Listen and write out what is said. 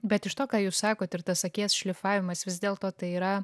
bet iš to ką jūs sakot ir tas akies šlifavimas vis dėlto tai yra